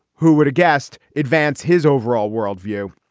who would've guessed advance his overall world view.